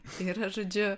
tai yra žodžiu